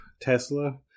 Tesla